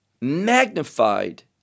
magnified